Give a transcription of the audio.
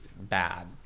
bad